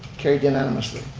carried unanimously.